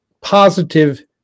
positive